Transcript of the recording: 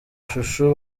chouchou